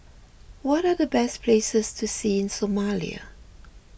what are the best places to see in Somalia